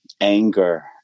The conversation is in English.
anger